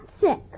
sick